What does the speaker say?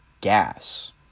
gas